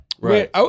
right